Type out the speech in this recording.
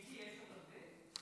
מיקי, יש עוד הרבה?